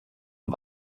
auf